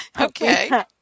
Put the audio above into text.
okay